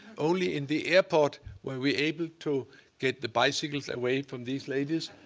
only in the airport were we able to get the bicycles away from these ladies.